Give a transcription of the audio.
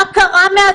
מה קרה מאז?